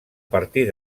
partir